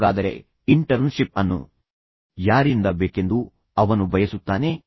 ಹಾಗಾದರೆ ಇಂಟರ್ನ್ಶಿಪ್ ಅನ್ನು ಯಾರಿಂದ ಬೇಕೆಂದು ಅವನು ಬಯಸುತ್ತಾನೆ